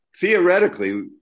theoretically